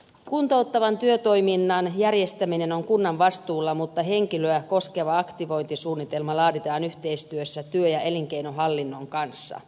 kuntouttavan työtoiminnan järjestäminen on kunnan vastuulla mutta henkilöä koskeva aktivointisuunnitelma laaditaan yhteistyössä työ ja elinkeinohallinnon kanssa